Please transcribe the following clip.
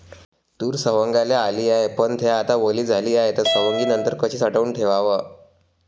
तूर सवंगाले आली हाये, पन थे आता वली झाली हाये, त सवंगनीनंतर कशी साठवून ठेवाव?